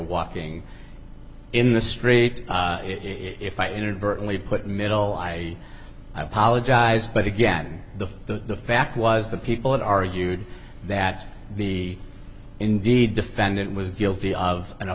walking in the street if i inadvertently put middle i i apologize but again the the fact was the people that argued that the indeed defendant was guilty of a